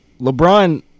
LeBron